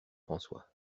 françois